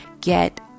get